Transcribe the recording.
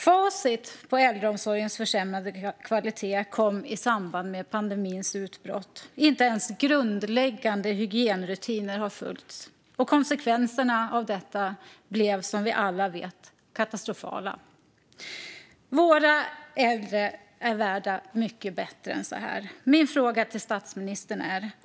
Facit på den försämrade kvaliteten i äldreomsorgen kom i samband med pandemins utbrott. Inte ens grundläggande hygienrutiner har följts, och konsekvenserna av detta blev, som vi alla vet, katastrofala. Våra äldre är värda mycket bättre än så. Jag har följande frågor till statsministern.